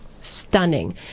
Stunning